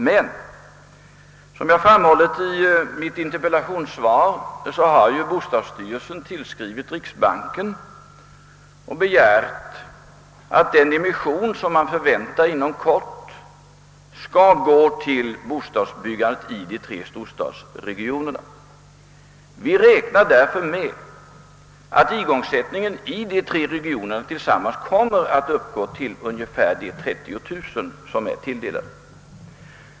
Men som jag framhållit i mitt interpellationssvar så har bostadsstyrelsen tillskrivit riksbanken och begärt att den emission som kan förväntas inom kort skall användas till förmån för bostadsbyggandet i de tre storstadsregionerna. Vi räknar därför med att igångsättningen i de tre regionerna tillsammans kommer att uppgå till ungefär de 30 000 lägenheter som är tilldelade dem.